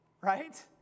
right